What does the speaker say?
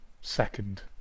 second